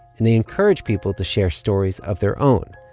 and they encourage people to share stories of their own,